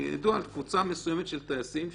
וידוע על קבוצה מסוימת של טייסים,